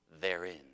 therein